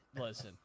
Listen